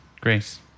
Grace